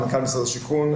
מנכ"ל משרד השיכון,